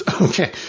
Okay